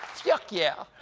fjuk yeah!